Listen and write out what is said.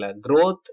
growth